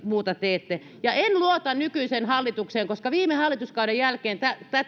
muuta teette ja en luota nykyiseen hallitukseen koska viime hallituskauden jälkeen